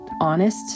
honest